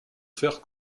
faire